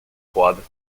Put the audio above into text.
froide